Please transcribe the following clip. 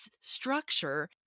structure